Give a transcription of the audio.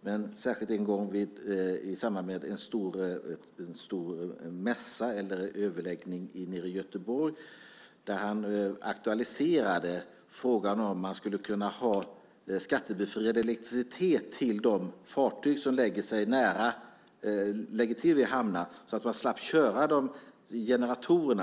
men särskilt en gång i samband med en stor mässa eller överläggning i Göteborg aktualiserade han frågan om man skulle kunna leverera skattebefriad elektricitet till de fartyg som lägger till i hamnar så att de slapp köra generatorerna.